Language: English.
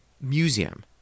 museum